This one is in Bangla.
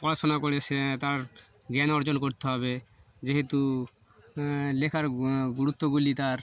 পড়াশোনা করে সে তার জ্ঞান অর্জন করতে হবে যেহেতু লেখার গুরুত্বগুলি তার